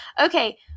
Okay